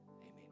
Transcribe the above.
Amen